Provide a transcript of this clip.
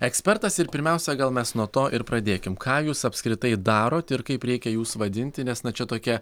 ekspertas ir pirmiausia gal mes nuo to ir pradėkim ką jūs apskritai darot ir kaip reikia jus vadinti nes čia tokia